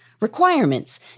requirements